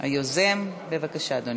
היוזם בבקשה, אדוני.